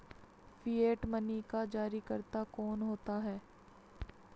Fiat money का जारीकर्ता कौन होता है?